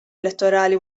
elettorali